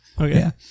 okay